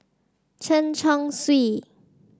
Chen Chong Swee